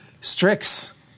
Strix